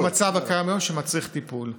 במצב הקיים היום שמצריך טיפול.